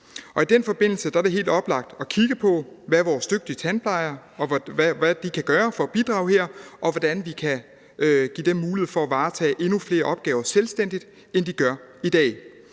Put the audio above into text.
i den forbindelse er det helt oplagt at kigge på, hvad vores dygtige tandplejere kan gøre for at bidrage her, og hvordan vi kan give dem mulighed for at varetage endnu flere opgaver selvstændigt, end de gør i dag,